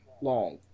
long